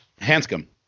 Hanscom